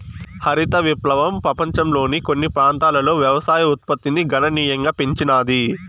హరిత విప్లవం పపంచంలోని కొన్ని ప్రాంతాలలో వ్యవసాయ ఉత్పత్తిని గణనీయంగా పెంచినాది